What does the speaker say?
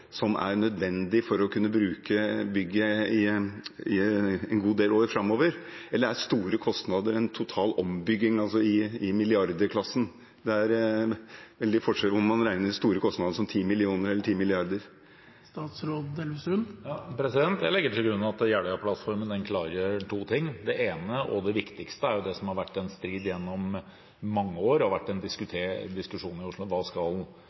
som er nødvendig for å kunne bruke bygget en god del år framover, eller er store kostnader en total ombygging i milliardklassen? Det er veldig forskjell om man regner store kostnader som 10 mill. kr eller 10 mrd. kr. Jeg legger til grunn at Jeløya-plattformen klargjør to ting. Det ene – og det viktigste – er det som har vært en strid gjennom mange år, og som har vært en diskusjon i Oslo, hva dagens Nasjonalgalleri skal